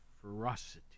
ferocity